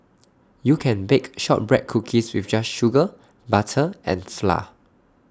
you can bake Shortbread Cookies with just sugar butter and flour